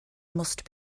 must